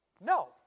No